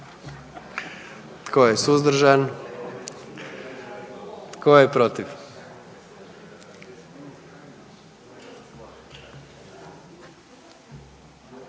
Tko je suzdržan? I tko je protiv?